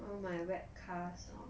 well my web class lor